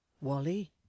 Wally